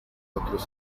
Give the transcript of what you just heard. otros